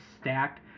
stacked